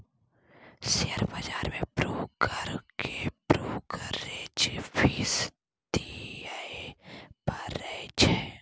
share बजार मे broker केँ ब्रोकरेज फीस दियै परै छै